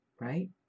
right